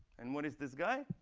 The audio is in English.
and what is this guy?